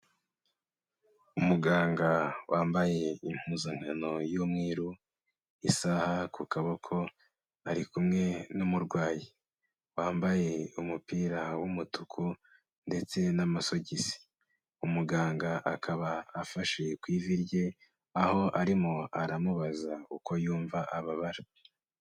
Umuganga wambaye impuzankano y'umweru, isaha ku kaboko ari kumwe n'umurwayi wambaye umupira w'umutuku ndetse n'amasogisi, umuganga akaba afashe ku ivi rye aho arimo aramubaza uko yumva ababara.